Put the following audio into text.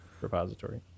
repository